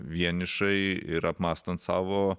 vienišai ir apmąstant savo